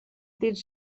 dins